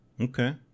Okay